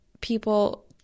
people